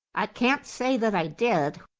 i can't say that i did.